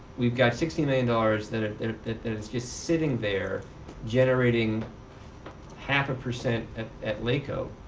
we've got sixteen million dollars that ah that is just sitting there generating half-a-percent at at laco